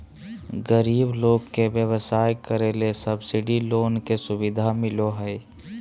गरीब लोग के व्यवसाय करे ले सब्सिडी लोन के सुविधा मिलो हय